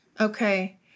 Okay